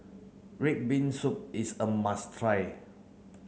red bean soup is a must try